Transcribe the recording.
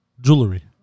jewelry